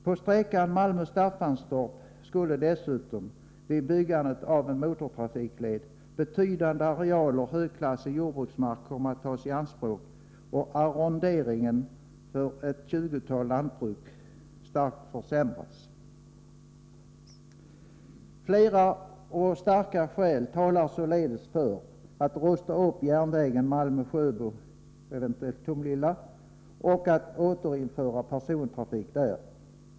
På sträckan Malmö-Staffanstorp skulle dessutom, vid byggandet av en motortrafikled, betydande arealer högklassig jordbruksmark komma att tas i anspråk och arronderingen för ett tjugotal lantbruk starkt försämras. Flera och starka skäl talar således för att rusta upp järnvägen Malmö Sjöbo — eventuellt till Tomelilla — och att återinföra persontrafik där.